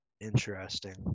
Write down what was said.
interesting